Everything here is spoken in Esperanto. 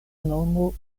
nomo